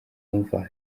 umva